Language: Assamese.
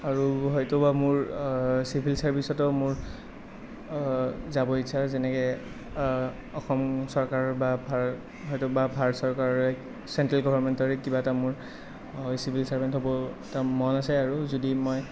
আৰু হয়তুবা মোৰ চিভিল চাৰ্ভিচটো মোৰ যাবৰ ইচ্ছা যেনেকৈ অসম চৰকাৰৰ বা ভাৰত হয়তু বা ভাৰত চৰকাৰৰে চেন্টেল গৰ্ভনমেন্টৰে কিবা এটা মোৰ চিভিল চাৰ্ভেন্ট হ'বৰ মন আছে আৰু যদি মই